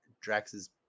Drax's